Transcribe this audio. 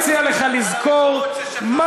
אני מציע לך לזכור, על המקורות ששכחתם.